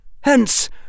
hence